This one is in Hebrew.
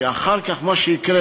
כי אחר כך מה שיקרה,